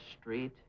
Street